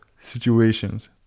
situations